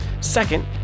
Second